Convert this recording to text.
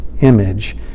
image